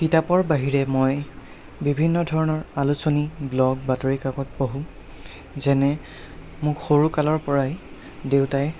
কিতাপৰ বাহিৰে মই বিভিন্ন ধৰণৰ আলোচনী ব্লগ বাতৰিকাকত পঢ়োঁ যেনে মোক সৰুকালৰপৰাই দেউতাই